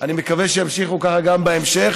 אני מקווה שימשיכו ככה גם בהמשך,